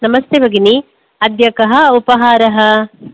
नमस्ते भगिनि अद्य कः उपहारः